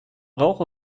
rauch